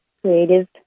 creative